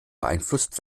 beeinflusst